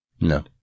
No